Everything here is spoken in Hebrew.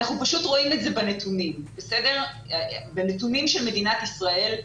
אנחנו פשוט רואים את זה בנתונים של מדינת ישראל.